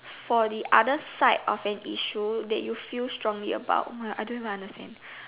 for the other side of an issue that you feel strongly about ah I don't even understand